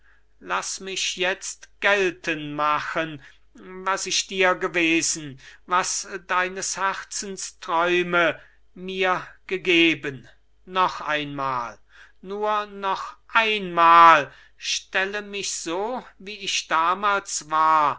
laß mich jetzt geltenmachen was ich dir gewesen was deines herzens träume mir gegeben noch einmal nur noch einmal stelle mich so wie ich damals war